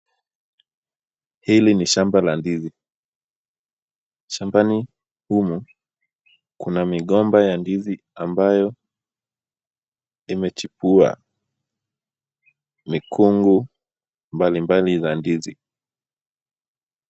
Hili ni shamba la ndizi shambani humu kuna migomba ambayo imechipuka mikungu mbali mbali ya ndizi.